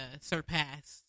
surpassed